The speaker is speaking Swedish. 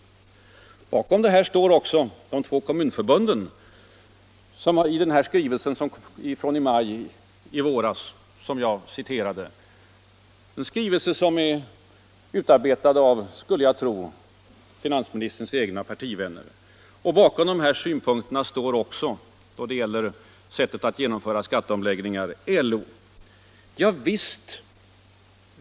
Bakom detta krav står också de båda kommunförbunden, som i skrivelsen från i maj i våras som jag citerade ur — en skrivelse som är utarbetad av, skulle jag tro, finansministerns egna partivänner — uttryckte liknande åsikter, och bakom kritiken av sättet att genomföra skatteomläggningar står också LO.